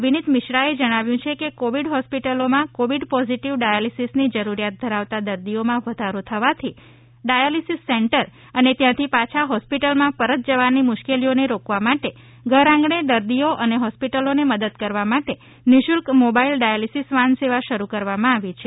વિનીત મિશ્રાએ જણાવ્યુ છે કે કોવિડ હોસ્પિટલોમાં કોવિડ પોઝિટિવ ડાયાલાલિસની જરૂરિયાત ધરાવતા દર્દીઓમાં વધારો થવાથી ડાયાલિસિસ સેન્ટર અને ત્યાંથી પાછા હોસ્પિટલમાં પરત જવાની મુશ્કેલીઓને રોકવા માટે ઘરઆંગણે દર્દીઓ અને હોસ્પિટલોને મદદ કરવા માટે નિઃશુલ્ક મોબાઇલ ડાયાલિસિસ વાન સેવા શરૂ કરવામાં આવી છે